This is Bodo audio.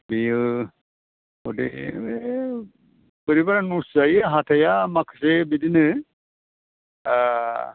बेयो गतै ओइ बोरैबो नस्त' जायो हाथाइआ माखासे बिदिनो